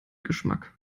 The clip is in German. geschmack